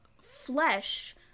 flesh